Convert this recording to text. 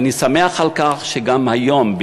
ואני שמח על כך שגם היום,